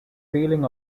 feeling